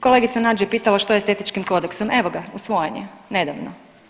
Kolegica Nađ je pitala što je s Etičkim kodeksom, evo ga, usvojen je nedavno.